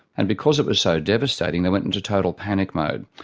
and because it was so devastating they went into total panic mode.